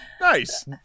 Nice